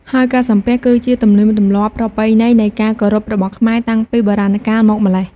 ហើយការសំពះ គឺជាទំនៀមទំម្លាប់ប្រពៃណីនៃការគោរពរបស់ខ្មែរតាំងពីបុរាណកាលមកម្ល៉េះ។